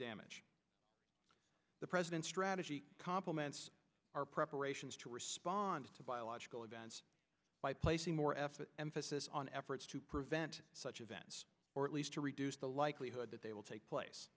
damage the president's strategy compliments our preparations to risk on to biological events by placing more effort emphasis on efforts to prevent such events or at least to reduce the likelihood that they will take place